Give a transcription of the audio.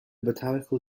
botanical